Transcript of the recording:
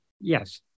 Yes